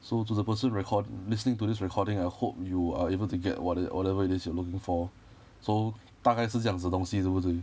so the person recording listening to this recording I hope you are able to get what it whatever it is you are looking for so 大概是这样子的东西是不对